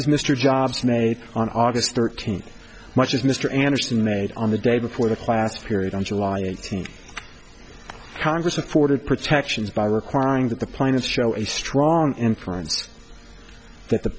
as mr jobs made on august thirteenth much as mr anderson made on the day before the class period on july eighteenth congress afforded protections by requiring that the plaintiffs show a strong inference that the